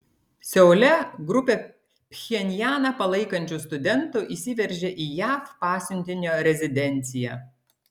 seule grupė pchenjaną palaikančių studentų įsiveržė į jav pasiuntinio rezidenciją